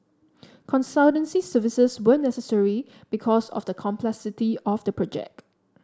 consultancy services were necessary because of the complexity of the project